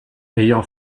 ayant